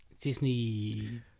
Disney